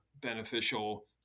beneficial